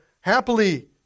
happily